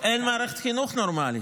אין מערכת חינוך נורמלית.